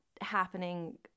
happening